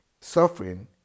Suffering